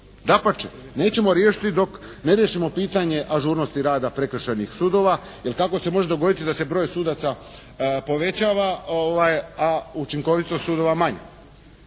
Dapače, nećemo riješiti dok ne riješimo pitanje ažurnosti rada prekršajnih sudova jer kako se može dogoditi da se broj sudaca povećava a učinkovitost sudova manja.